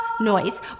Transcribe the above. Noise